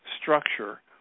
structure